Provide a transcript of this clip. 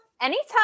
anytime